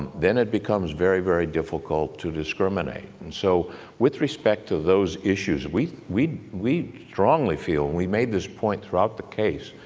then it becomes very, very difficult to discriminate, and so with respect to those issues, we we strongly feel, and we made this point throughout the case,